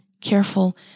careful